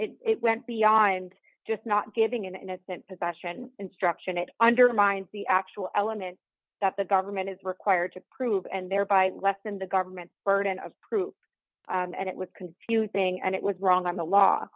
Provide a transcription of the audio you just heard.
and it went beyond just not giving an innocent possession instruction it undermines the actual element that the government is required to prove and thereby lessen the government's burden of proof and it was computing and it was wrong